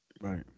Right